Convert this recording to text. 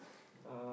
uh